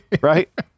right